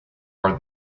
are